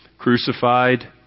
crucified